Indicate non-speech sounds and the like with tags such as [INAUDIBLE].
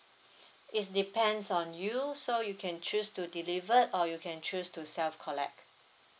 [BREATH] is depends on you so you can choose to delivered or you can choose to self collect